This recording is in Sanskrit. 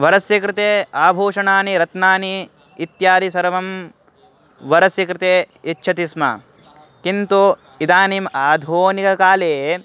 वरस्य कृते आभूषणानि रत्नानि इत्यादि सर्वं वरस्य कृते यच्छति स्म किन्तु इदानीम् आधुनिककाले